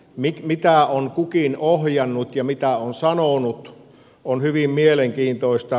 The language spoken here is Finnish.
se mitä on kukin ohjannut ja mitä on sanonut on hyvin mielenkiintoista